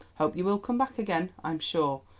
hope you will come back again, i'm sure.